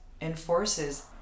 enforces